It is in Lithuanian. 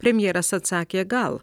premjeras atsakė gal